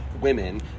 women